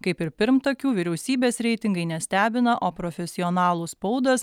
kaip ir pirmtakių vyriausybės reitingai nestebina o profesionalų spaudas